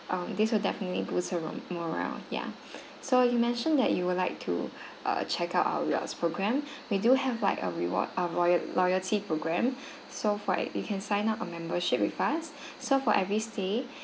um this will definitely boost her ro~ morale ya so you mentioned that you would like to err check out our royal~ loyalty programme we do have like a reward a royal loyalty programme so for it you can sign up a membership with us so for every stay